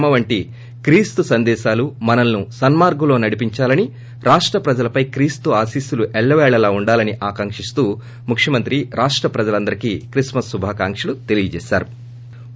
మ వంటి క్రిస్తు సందేశాలు మనలను సన్మార్గంలో నడిపించాలని రాష్ల ప్రజలపై క్రీస్తు ఆశీస్పులు ఎల్లపేళలా ఉండాలని ఆకాంజిస్తూ ముఖ్యమంత్రి రాష్ట ప్రజలందరికీ క్రిస్కుస్ శుభాకాంక్షలు తెలీయజేశారు